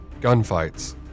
gunfights